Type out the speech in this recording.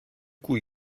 cui